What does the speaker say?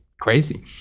crazy